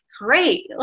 great